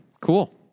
cool